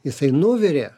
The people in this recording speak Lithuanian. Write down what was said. jisai nuvirė